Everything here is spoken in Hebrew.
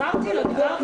אחר כך